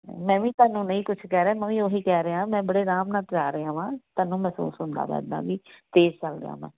ਮੈਂ ਵੀ ਤੁਹਾਨੂੰ ਨਹੀਂ ਕੁਛ ਕਹਿ ਰਿਹਾ ਮੈਂ ਵੀ ਉਹ ਹੀ ਕਹਿ ਰਿਹਾ ਮੈਂ ਬੜੇ ਆਰਾਮ ਨਾਲ ਚਲਾ ਰਿਹਾ ਹਾਂ ਤੁਹਾਨੂੰ ਮਹਿਸੂਸ ਹੁੰਦਾ ਪਿਆ ਇੱਦਾਂ ਵੀ ਤੇਜ਼ ਚੱਲ ਰਿਹਾ ਮੈਂ